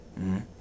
-hmm